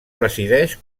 presideix